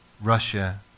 russia